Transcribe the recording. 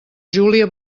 júlia